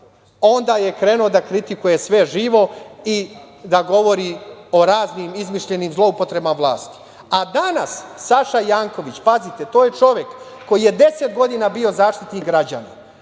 onda je krenuo da kritikuje sve živo i da govori o raznim izmišljenim zloupotrebama vlasti. Danas, Saša Janković, pazite to je čovek koji je 10 godina bio zaštitnik građana,